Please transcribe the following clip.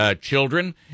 Children